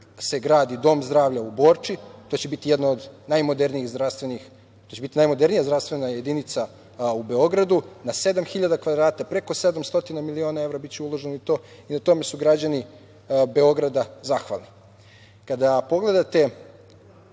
se gradi dom zdravlja u Borči. To će biti jedna od najmodernijih, to će biti najmodernija zdravstvena jedinica u Beogradu, na 7.000 kvadrata, preko 700 miliona evra biće uloženo u to i na tome su građani Beograda zahvalni. Kada pogledate